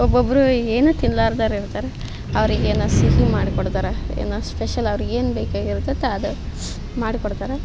ಒಬ್ಬೊಬ್ಬರು ಏನೂ ತಿನ್ಲಾರ್ದೋರ್ ಇರ್ತಾರೆ ಅವ್ರಿಗೆ ಏನಾರೂ ಸಿಹಿ ಮಾಡಿಕೊಡ್ತಾರೆ ಏನಾರೂ ಸ್ಪೆಷಲ್ ಅವ್ರಿಗೇನು ಬೇಕಾಗಿರ್ತತ ಅದು ಮಾಡಿಕೊಡ್ತಾರೆ